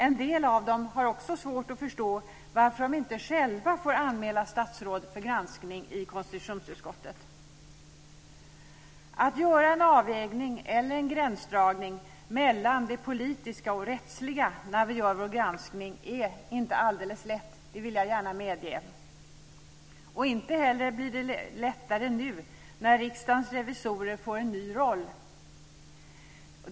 En del av dem har också svårt att förstå varför de inte själva får anmäla statsråden för granskning i konstitutionsutskottet. Att göra en avvägning eller en gränsdragning mellan det politiska och rättsliga när vi gör vår granskning är inte alldeles lätt. Det vill jag gärna medge. Och det blir inte lättare nu när Riksdagens revisorer får en ny roll.